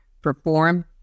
perform